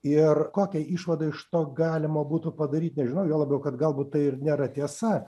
ir kokią išvadą iš to galima būtų padaryt nežinau juo labiau kad galbūt tai ir nėra tiesa